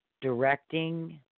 directing